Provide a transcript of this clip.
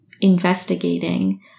investigating